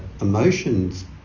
emotions